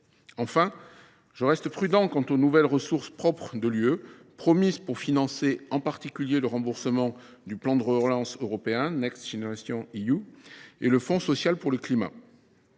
Enfin, je reste prudent quant aux nouvelles ressources propres de l’Union européenne promises pour financer en particulier le remboursement du plan de relance européen et le Fonds social pour le climat.